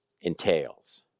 entails